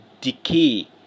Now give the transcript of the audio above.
decay